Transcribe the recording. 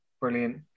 Brilliant